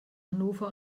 hannover